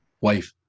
wife